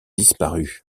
disparu